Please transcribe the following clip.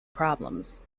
problems